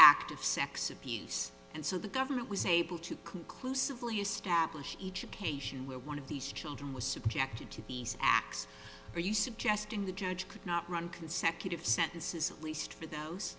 of sex abuse and so the government was able to conclusively established each occasion where one of these children was subjected to these acts are you suggesting the judge could not run consecutive sentences at least for those